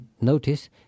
notice